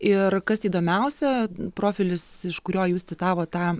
ir kas įdomiausia profilis iš kurio jūs citavot tą